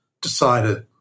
decided